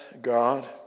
God